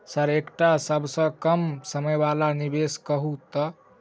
Sir एकटा सबसँ कम समय वला निवेश कहु तऽ?